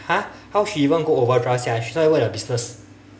!huh! how she even go overdraft sia she's not even a business